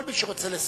כל מי שרוצה לשוחח,